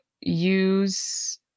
use